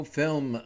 film